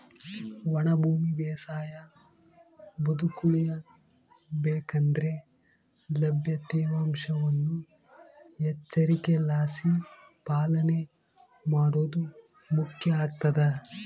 ಒಣ ಭೂಮಿ ಬೇಸಾಯ ಬದುಕುಳಿಯ ಬೇಕಂದ್ರೆ ಲಭ್ಯ ತೇವಾಂಶವನ್ನು ಎಚ್ಚರಿಕೆಲಾಸಿ ಪಾಲನೆ ಮಾಡೋದು ಮುಖ್ಯ ಆಗ್ತದ